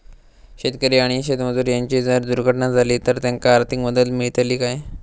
शेतकरी आणि शेतमजूर यांची जर दुर्घटना झाली तर त्यांका आर्थिक मदत मिळतली काय?